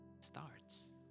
starts